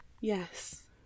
Yes